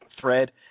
thread